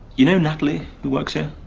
you know natalie, who works here?